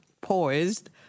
poised